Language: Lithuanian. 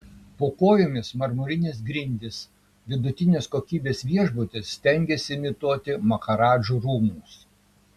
po kojomis marmurinės grindys vidutinės kokybės viešbutis stengiasi imituoti maharadžų rūmus